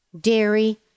dairy